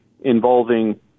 involving